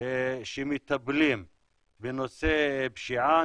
שמטפלים בנושא פשיעה,